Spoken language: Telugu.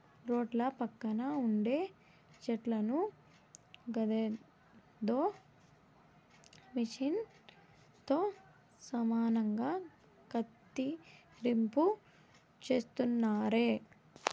రోడ్ల పక్కన ఉండే చెట్లను గదేదో మిచన్ తో సమానంగా కత్తిరింపు చేస్తున్నారే